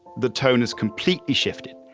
the tone has completely shifted.